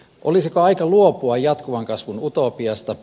olisiko aika luopua jatkuvan kasvun utopiasta